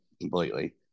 completely